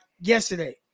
yesterday